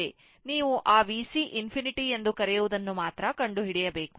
ನೀವು ಆ Vc ∞ ಯನ್ನು ಮಾತ್ರ ಕಂಡುಹಿಡಿಯಬೇಕು